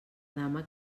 dama